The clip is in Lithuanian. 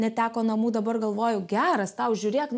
neteko namų dabar galvoju geras tau žiūrėk